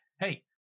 hey